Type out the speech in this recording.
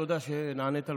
תודה שנענית לבקשתי.